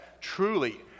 truly